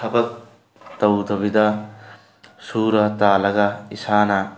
ꯊꯕꯛ ꯇꯧꯗꯕꯤꯗ ꯁꯨꯔ ꯇꯥꯜꯂꯒ ꯏꯁꯥꯅ